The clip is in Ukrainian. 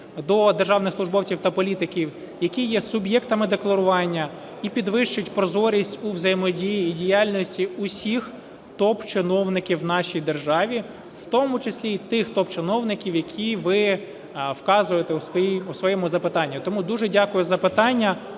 до державних службовців та політиків, які є суб'єктами декларування. І підвищить прозорість у взаємодії діяльності всіх топ-чиновників у нашій державі, в тому числі і тих топ-чиновників, яких ви вказуєте у своєму запитанні. Тому дуже дякую за питання.